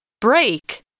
Break